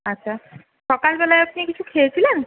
আচ্ছা সকালবেলায় আপনি কিছু খেয়েছিলেন